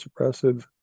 suppressive